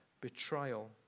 betrayal